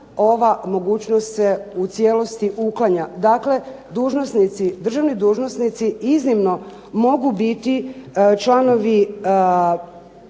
ova mogućnost se u cijelosti uklanja. Dakle, državni dužnosnici iznimno mogu biti članovi